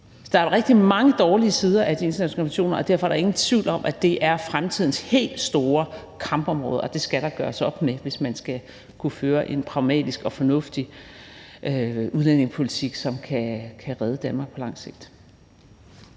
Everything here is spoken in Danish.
Der er rigtig mange dårlige sider af de internationale konventioner, og derfor er der ingen tvivl om, at det er fremtidens helt store kampområde. Det skal der gøres op med, hvis man skal kunne føre en pragmatisk og fornuftig udlændingepolitik, som kan redde Danmark på lang sigt.